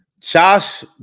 Josh